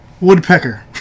Woodpecker